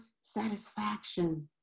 satisfaction